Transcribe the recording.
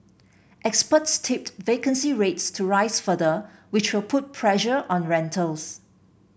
experts tipped vacancy rates to rise further which will put pressure on rentals